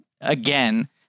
again